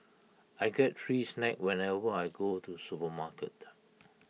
I get free snacks whenever I go to the supermarket